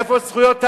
איפה זכויות האדם?